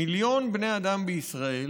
מיליון בני אדם בישראל